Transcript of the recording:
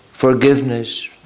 forgiveness